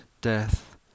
death